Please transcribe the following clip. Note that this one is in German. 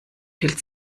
viel